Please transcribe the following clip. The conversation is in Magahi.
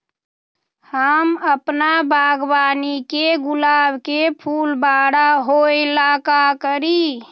हम अपना बागवानी के गुलाब के फूल बारा होय ला का करी?